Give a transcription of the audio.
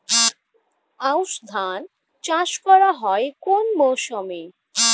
আউশ ধান চাষ করা হয় কোন মরশুমে?